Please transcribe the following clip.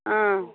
अँ